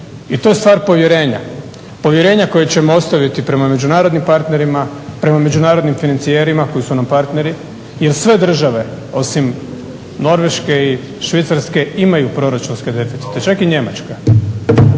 i to je stvar povjerenja. Povjerenja koje ćemo ostaviti prema međunarodnim partnerima, prema međunarodnim financijerima koji su nam partneri. Jer sve države osim Norveške i Švicarske imaju proračunske deficite čak i Njemačka.